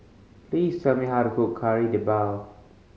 please tell me how to cook Kari Debal